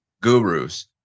gurus